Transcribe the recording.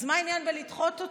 אז מה העניין בלדחות אותו?